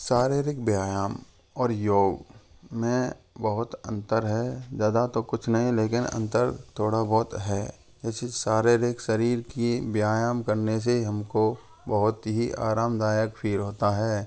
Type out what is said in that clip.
शारीरिक व्यायाम और योग में बहुत अंतर है ज़्यादा तो कुछ नहीं लेकिन अंतर थोड़ा बहुत है ये सिर्फ़ शारीरिक शरीर की व्यायाम करने से हमको बहुत ही आरामदायक फ़ील होता है